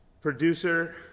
producer